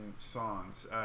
songs